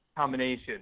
Combination